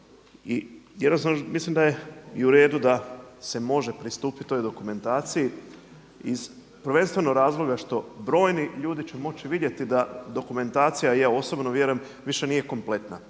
I jednostavno mislim da je i u redu da se može pristupit toj dokumentaciji iz prvenstveno razloga što brojni ljudi će moći vidjeti da dokumentacija i ja osobno vjerujem više nije kompletna,